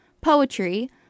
Poetry